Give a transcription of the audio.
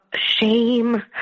shame